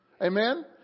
Amen